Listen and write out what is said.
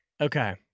Okay